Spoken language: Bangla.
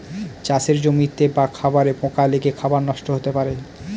চাষের জমিতে বা খাবারে পোকা লেগে খাবার নষ্ট হতে পারে